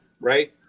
right